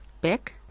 back